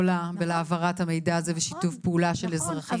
גדולה ולהעברת המידע הזה ושיתוף פעולה של אזרחים עם הרשויות.